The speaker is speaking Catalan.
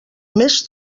més